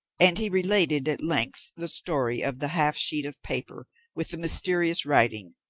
and he related at length the story of the half-sheet of paper with the mysterious writing,